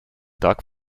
dak